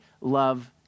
love